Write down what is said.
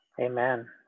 Amen